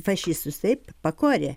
fašistus taip pakorė